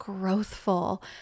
growthful